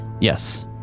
Yes